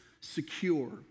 secure